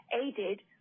aided